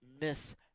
Miss